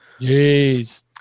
Jeez